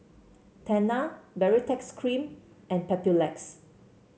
Tena Baritex Cream and Papulex